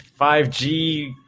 5G